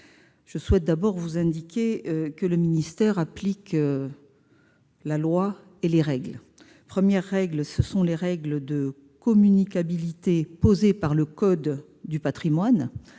Je souhaite vous indiquer que le ministère applique la loi et les règles. Les premières règles sont celles de communicabilité posées par le code du patrimoine-